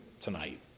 tonight